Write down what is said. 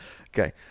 Okay